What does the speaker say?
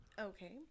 okay